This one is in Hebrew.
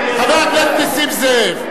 חבר הכנסת נסים זאב,